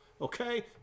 okay